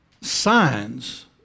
signs